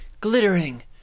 glittering